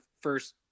first